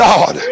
God